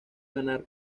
ganar